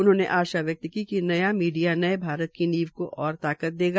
उन्होंने आशा व्यक्त कि न्या मीडिया नये भारत की नींव को ओर ताकत देगा